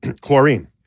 chlorine